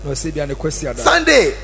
sunday